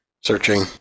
Searching